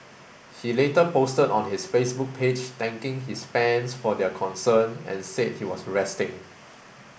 he later posted on his Facebook page thanking his fans for their concern and said he was resting